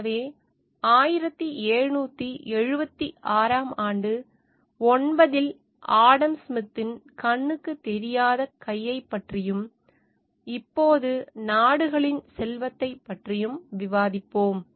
எனவே 1776 ஆம் ஆண்டு ஒன்பதில் ஆடம் ஸ்மித்தின் கண்ணுக்குத் தெரியாத கையைப் பற்றியும் இப்போது நாடுகளின் செல்வத்தைப் பற்றி விவாதிப்போம்